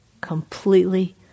completely